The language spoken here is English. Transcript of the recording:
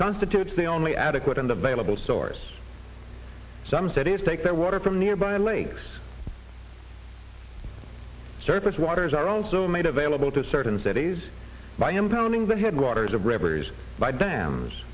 constitutes the only adequate and available source some said is take their water from nearby lakes surface waters are also made available to certain cities by impounding the headwaters of rivers by dams